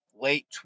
late